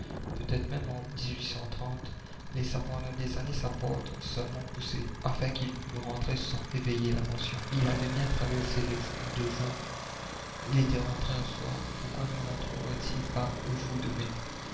peut-être même en laissa pendant des années sa porte seulement poussée afin qu'il pût rentrer sans éveiller l'attention il avait bien traversé les jours de juin il était rentré un soir pourquoi ne rentrerait il pas aux jours de mai